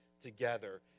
together